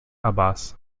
abbas